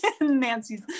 Nancy's